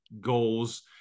goals